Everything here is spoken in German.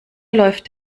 läuft